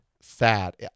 sad